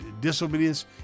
disobedience